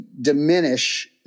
diminish